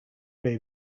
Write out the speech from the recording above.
bay